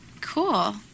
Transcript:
Cool